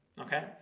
okay